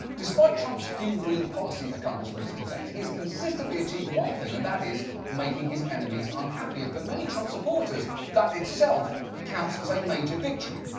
despite trump's few real policy accomplishments to date, he has consistently achieved one thing, and that is making his enemies unhappy. and for many trump supporters, that itself counts as a major victory.